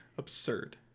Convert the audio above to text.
Absurd